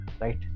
right